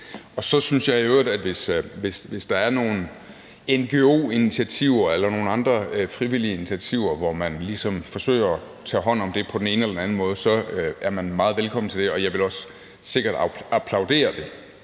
Så synes jeg i øvrigt, at man, hvis der er nogle ngo-initiativer eller nogle andre frivillige initiativer, hvor man ligesom forsøger at tage hånd om det på den ene eller den anden måde, er meget velkommen til det, og jeg vil sikkert også applaudere det.